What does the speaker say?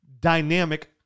dynamic